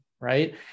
right